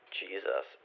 jesus